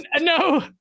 no